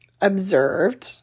observed